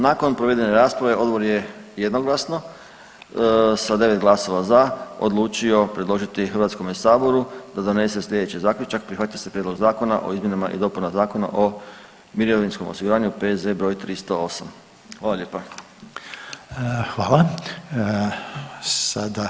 Nakon provedene rasprave odbor je jednoglasno sa 9 glasova za odlučio predložiti HS da donosi slijedeći zaključak: Prihvaća se prijedlog zakona o izmjenama i dopunama Zakona o mirovinskom osiguranju, P.Z. br. 308., hvala lijepa.